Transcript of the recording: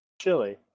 Chili